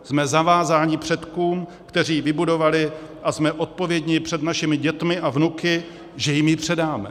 Jsme zavázáni předkům, kteří ji vybudovali, a jsme odpovědní před našimi dětmi a vnuky, že jim ji předáme.